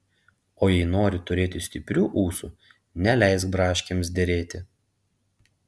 o jei nori turėti stiprių ūsų neleisk braškėms derėti